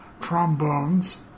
trombones